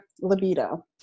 libido